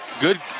Good